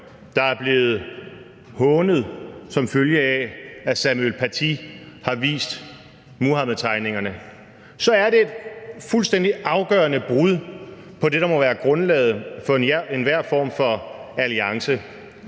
der er blevet hånet som følge af, at Samuel Paty har vist Muhammedtegningerne, så er det et fuldstændig afgørende brud på det, der må være grundlaget for enhver form for alliance,